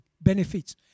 benefits